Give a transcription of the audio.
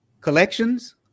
Collections